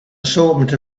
assortment